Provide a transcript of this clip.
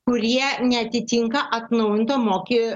kurie neatitinka atnaujinto mokė